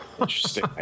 interesting